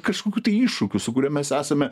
kažkokių tai iššūkių su kuria mes esame